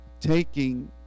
taking